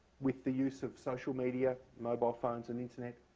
with the use of social media, mobile phones, and internet,